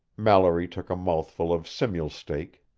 mallory took a mouthful of simulsteak,